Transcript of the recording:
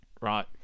right